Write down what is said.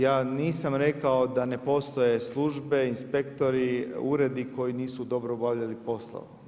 Ja nisam rekao da ne postoje službe, inspektori, uredi koji nisu dobro obavljali poslove.